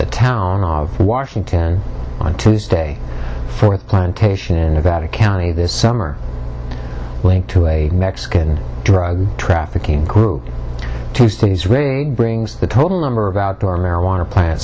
the town of washington on tuesday for plantation and about a county this summer linked to a mexican drug trafficking group to sleaze really brings the total number of outdoor marijuana plants